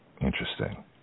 Interesting